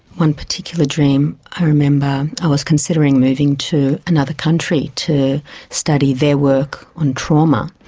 one particular dream i remember. i was considering moving to another country to study their work on trauma,